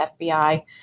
FBI